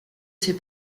ses